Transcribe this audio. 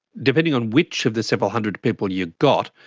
depending on which of the several hundred people you've got,